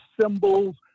symbols